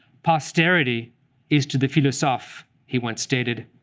posterity is to the philosophe, he once stated,